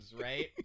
right